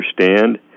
understand